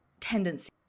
tendency